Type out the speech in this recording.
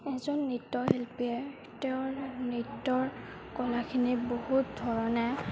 এজন নৃত্যশিল্পীয়ে তেওঁৰ নৃত্যৰ কলাখিনি বহুত ধৰণে